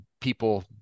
people